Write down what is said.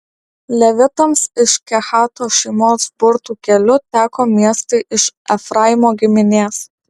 levitams iš kehato šeimos burtų keliu teko miestai iš efraimo giminės